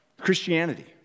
Christianity